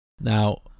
now